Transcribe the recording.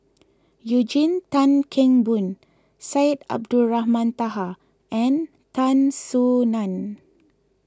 Eugene Tan Kheng Boon Syed Abdulrahman Taha and Tan Soo Nan